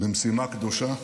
במשימה קדושה.